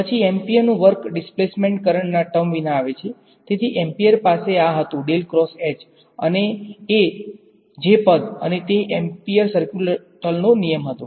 પછી એમ્પીયરનુ work displacement current ના ટર્મ વિના આવે છે તેથી એમ્પીયર પાસે આ હતું અને એ પદ અને તે એમ્પીયર સર્ક્યુટલ નો નિયમ હતો